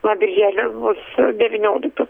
nuo birželio bus devyniolikto